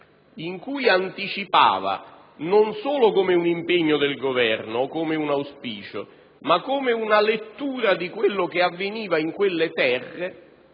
E lo annunziava non solo come un impegno del Governo o come un auspicio, ma come una lettura di ciò che avveniva in quelle terre,